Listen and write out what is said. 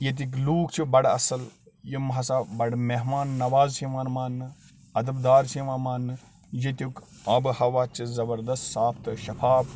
ییٚتِکۍ لوٗکھ چھِ بَڑٕ اَصٕل یِم ہسا بَڑٕ مہمان نواز چھِ یِوان مانٛنہٕ اَدَب دار چھِ یِوان مانٛنہٕ ییٚتیُک آبہٕ ہوا چھِ زبردست صاف تہٕ شفاف